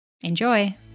Enjoy